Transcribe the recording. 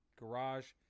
garage